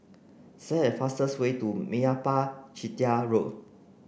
a fastest way to Meyappa Chettiar Road